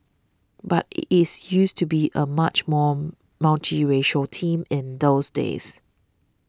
but is used to be a much more multiracial team in those days